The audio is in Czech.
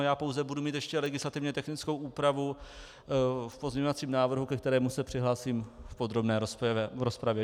Já pouze budu mít ještě legislativně technickou úpravu v pozměňovacím návrhu, ke kterému se přihlásím v podrobné rozpravě.